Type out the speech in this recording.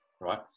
right